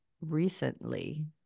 recently